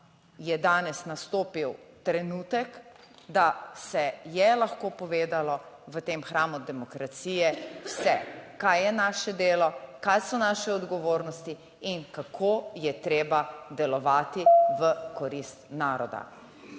je danes nastopil trenutek, da se je lahko povedalo v tem hramu demokracije vse, kaj je naše delo, kaj so naše odgovornosti in kako je treba delovati v korist naroda.